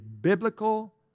biblical